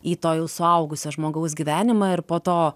į to jau suaugusio žmogaus gyvenimą ir po to